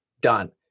done